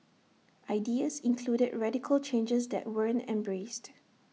ideas included radical changes that weren't embraced